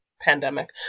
pandemic